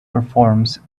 performs